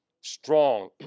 strong